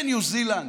בניו זילנד,